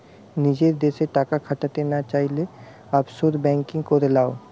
নিজের দেশে টাকা খাটাতে না চাইলে, অফশোর বেঙ্কিং করে লাও